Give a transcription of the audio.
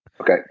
Okay